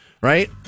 Right